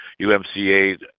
UMCA